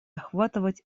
охватывать